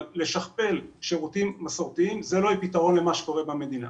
אבל לשכפל שירותים מסורתיים זה לא יהיה פתרון למה שקורה במדינה.